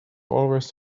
always